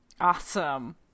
Awesome